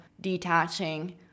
detaching